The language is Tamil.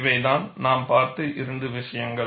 இவைதான் நாம் பார்த்த இரண்டு விஷ்யங்கள்